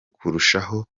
kurushaho